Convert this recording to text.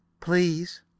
Please